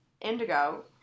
Indigo